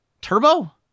Turbo